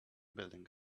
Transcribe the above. building